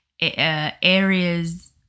areas